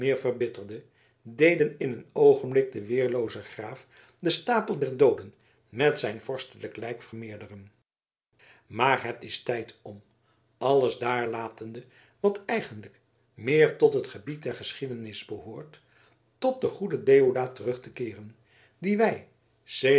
verbitterde deden in een oogenblik den weerloozen graaf den stapel der dooden met zijn vorstelijk lijk vermeerderen maar het is tijd om alles daarlatende wat eigenlijk meer tot het gebied der geschiedenis behoort tot den goeden deodaat terug te keeren dien wij